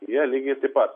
jie lygiai taip pat